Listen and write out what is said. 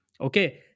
Okay